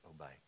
obey